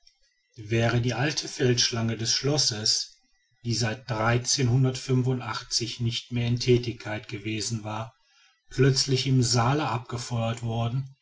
wäre die alte feldschlange des schlosses die seit nicht mehr in thätigkeit gewesen war plötzlich im saale abgefeuert worden